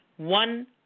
One